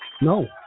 No